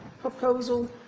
proposal